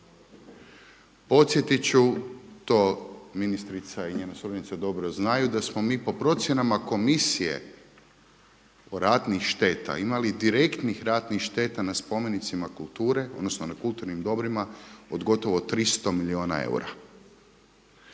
Podsjetit ću to ministrica i njena suradnica dobro znaju da smo mi po procjenama Komisije od ratnih šteta imali direktnih ratnih šteta na spomenicima kulture, odnosno na kulturnim dobrima od gotovo 300 milijuna eura